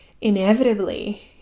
inevitably